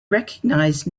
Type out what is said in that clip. recognised